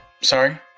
Sorry